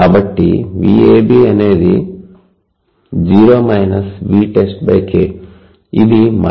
కాబట్టి VAB అనేది 0 VtestK ఇది 1K Vtest అవుతుంది